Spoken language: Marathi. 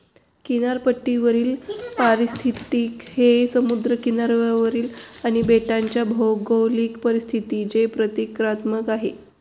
किनारपट्टीवरील पारिस्थितिकी हे समुद्र किनाऱ्यावरील आणि बेटांच्या भौगोलिक परिस्थितीचे प्रतीकात्मक आहे